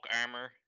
armor